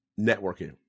networking